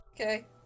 Okay